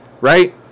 right